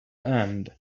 end